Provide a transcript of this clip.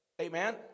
Amen